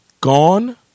gone